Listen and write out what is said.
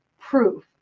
proof